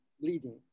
bleeding